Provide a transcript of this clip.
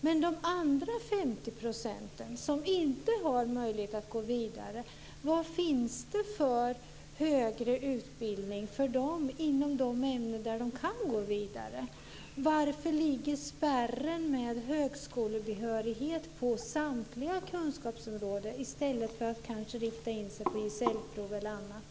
Men de andra, de 50 % som inte har möjlighet att gå vidare, vad finns det för högre utbildning för dem inom de ämnen där de kan gå vidare? Varför ligger spärren för högskolebehörighet på samtliga kunskapsområden i stället för att kanske rikta in sig på gesällprov eller annat?